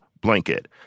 blanket –